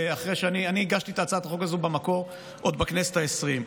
אני הגשתי את הצעת החוק הזאת במקור עוד בכנסת העשרים,